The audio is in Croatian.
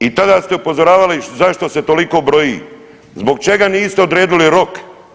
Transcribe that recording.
I tada ste upozoravali, zašto se toliko broji, zbog čega niste odredili rok?